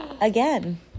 Again